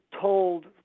told